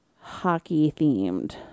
hockey-themed